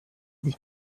sich